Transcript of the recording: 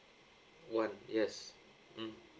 one yes mm